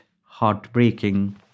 heartbreaking